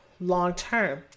long-term